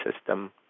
system